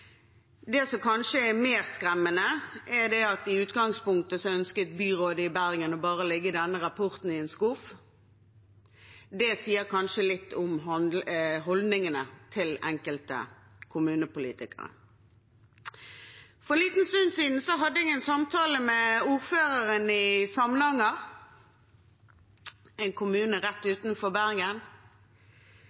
Det som kanskje er mer skremmende, er at i utgangspunktet ønsket byrådet i Bergen bare å legge denne rapporten i en skuff. Det sier kanskje litt om holdningene til enkelte kommunepolitikere. For en liten stund siden hadde jeg en samtale med ordføreren i Samnanger, en kommune rett utenfor Bergen.